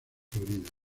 florida